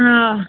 ആ